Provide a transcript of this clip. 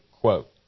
quote